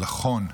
לחון.